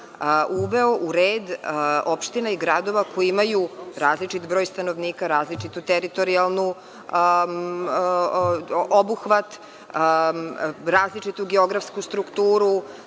uveo u red opština i gradova koji imaju različit broj stanovnika, različit teritorijalni obuhvat, različitu geografsku strukturu,